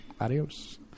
adios